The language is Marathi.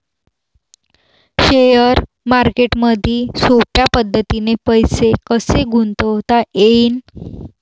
शेअर मार्केटमधी सोप्या पद्धतीने पैसे कसे गुंतवता येईन?